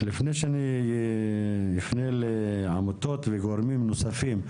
לפני שאני אפנה לעמותות וגורמים נוספים,